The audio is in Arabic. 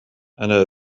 أنا